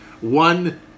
one